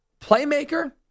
Playmaker